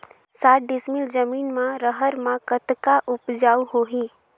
साठ डिसमिल जमीन म रहर म कतका उपजाऊ होही?